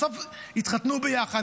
בסוף התחתנו ביחד.